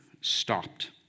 stopped